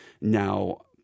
now